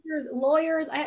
lawyers